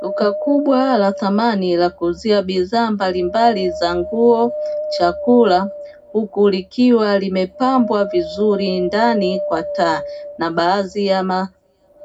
Duka kubwa la thamani la kuuzia bidhaa mbalimbali za nguo, chakula huku likiwa limepambwa vizuri ndani kwa taa na baadhi